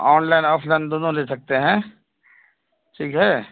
on line offline دونوں لے سکتے ہیں ٹھیک ہے